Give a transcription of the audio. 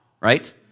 right